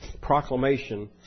proclamation